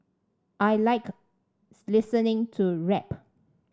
I like listening to rap